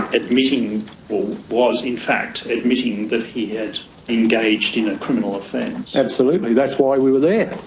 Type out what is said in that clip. admitting or was in fact admitting that he had engaged in a criminal offence? absolutely, that's why we were there.